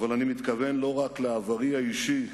אבל אני מתכוון לא רק לעברי האישי,